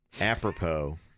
apropos